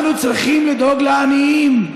אנחנו צריכים לדאוג לעניים.